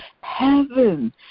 heaven